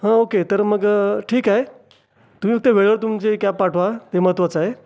हं ओके तर मग ठीक आहे तुम्ही फक्त वेळेवर तुमची कॅब पाठवा ते महत्त्वाचं आहे